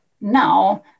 Now